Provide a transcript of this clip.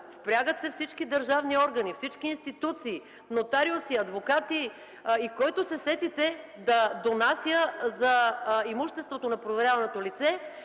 Впрягат се всички държавни органи, институции – нотариуси, адвокати и за който се сетите, да донася за имуществото на проверяването лице.